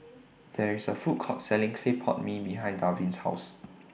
There IS A Food Court Selling Clay Pot Mee behind Darvin's House